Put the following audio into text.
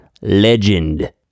Legend